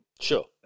Sure